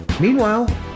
Meanwhile